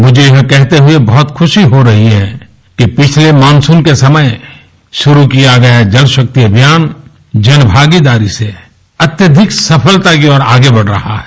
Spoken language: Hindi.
मुझे यह कहते हुए बहुत खुशी हो रही है कि पिछले मानसून के समय शुरू किया गया ये जल शक्ति अभियान जन भागीदारी से अत्यधिक सफलता की ओर आगे बढ़ रहा है